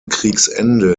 kriegsende